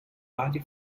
varie